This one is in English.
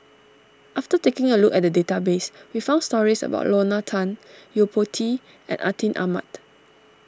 after taking a look at the database we found stories about Lorna Tan Yo Po Tee and Atin Amat